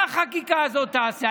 מה החקיקה הזאת תעשה?